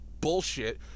bullshit